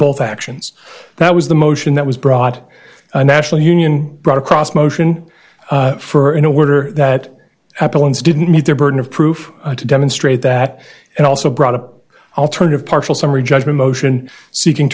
both actions that was the motion that was brought a national union brought across motion for an order that apple ones didn't meet their burden of proof to demonstrate that and also brought up alternative partial summary judgment motion seeking